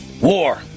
War